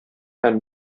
һәм